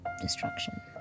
destruction